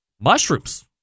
mushrooms